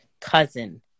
cousin